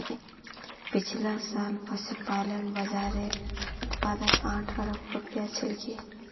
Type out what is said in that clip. पिछला साल पशुपालन बाज़ारेर उत्पाद आठ अरब रूपया छिलकी